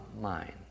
mind